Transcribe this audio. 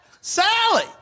Sally